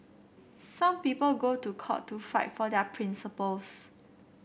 some people go to court to fight for their principles